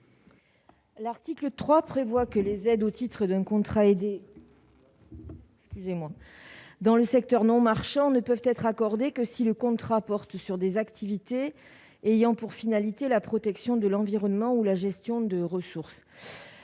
L'article 3 prévoit que les aides au titre d'un contrat aidé. Excusez-moi, dans le secteur non marchand ne peuvent être accordées que si le contrat porte sur des activités ayant pour finalité la protection de l'environnement ou la gestion de ressources,